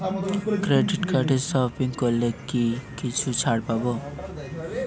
Credit কার্ডে shopping করলে কি কিছু ছাড় পাব?